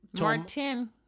Martin